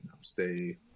stay